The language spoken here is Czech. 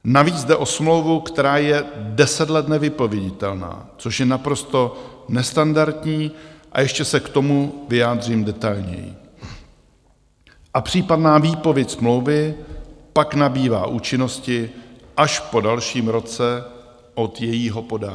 Navíc jde o smlouvu, která je 10 let nevypověditelná což je naprosto nestandardní, a ještě se k tomu vyjádřím detailněji a případná výpověď smlouvy pak nabývá účinnosti až po dalším roce od jejího podání.